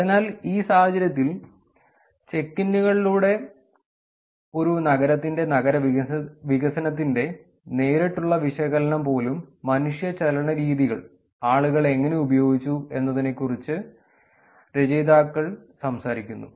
അതിനാൽ ഈ സാഹചര്യത്തിൽ ചെക്ക് ഇന്നുകളിലൂടെ ഒരു നഗരത്തിന്റെ നഗരവികസനത്തിന്റെ നേരിട്ടുള്ള വിശകലനം പോലും മനുഷ്യ ചലനരീതികൾ ആളുകൾ എങ്ങനെ ഉപയോഗിച്ചു എന്നതിനെക്കുറിച്ച് രചയിതാക്കൾ സംസാരിക്കുന്നു